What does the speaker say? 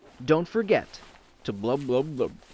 don't forget to blub blub blub.